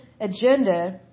agenda